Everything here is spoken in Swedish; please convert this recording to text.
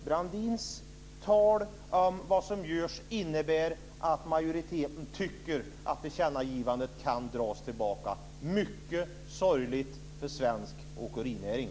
Brandins tal om vad som görs innebär att majoriteten tycker att tillkännagivandet kan dras tillbaka. Det är mycket sorgligt för svensk åkerinäring.